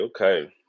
okay